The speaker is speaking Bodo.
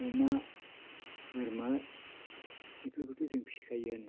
अमा बोरमा इफोरखोथ' जों फिखायोआनो